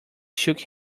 shook